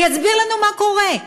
ויסביר לנו מה קורה.